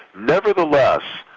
nevertheless,